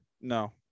no